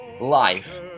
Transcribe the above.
life